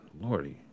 Lordy